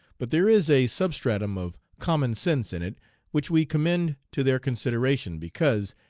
but there is a substratum of common-sense in it which we commend to their consideration, because,